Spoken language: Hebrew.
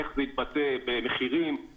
איך זה יתבטא במחירים,